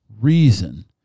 reason